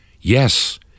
yes